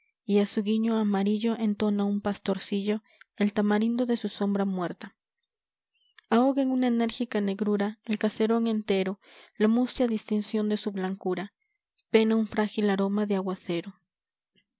a su guiño amarillo entona un paslorcillo el tamarindo de su sombra muerta ahoga en una enérgica negrura el caserón entero la mustia distinción de su blancura pena una frágil aroma de aguacero